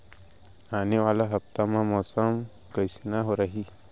आने वाला हफ्ता मा मौसम कइसना रही?